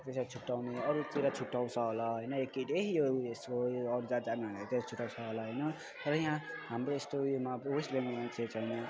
छुट्याउने अरूतिर छुट्याउँछ होला होइन यो केटी ए यो उयसको हो अरू जात जाने भनेर छुट्याउँछ होला होइन र यहाँ हाम्रो यस्तो यो वेस्ट बङ्गालमा चाहिँ छैन